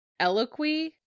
Eloquy